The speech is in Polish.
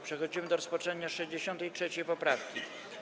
Przechodzimy do rozpatrzenia 63. poprawki.